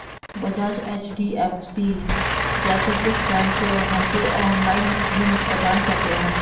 Bajaj, HDFC जैसे कुछ bank है, जो ऑनलाईन ऋण प्रदान करते हैं